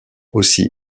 aussi